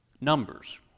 Numbers